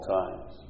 times